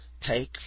Take